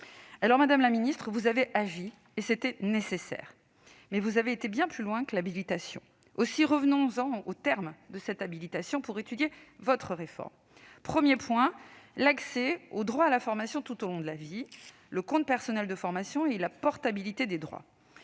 Madame la ministre, vous avez agi, et c'était nécessaire. Mais vous avez été bien plus loin que l'habilitation. Aussi, revenons-en aux termes de cette habilitation pour étudier votre réforme. Le premier point concerne l'accès au droit à la formation tout au long de la vie, le compte personnel de formation et la portabilité des droits.